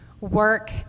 work